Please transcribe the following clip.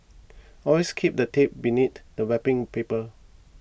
always keep the tape beneath the wrapping paper